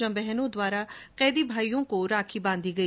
जहां बहनों द्वारा कैदी भाइयों को राखी बांधी गई